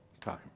time